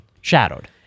shadowed